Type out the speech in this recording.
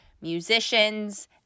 musicians